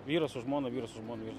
vyras su žmona vyras su žmona vyras